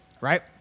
right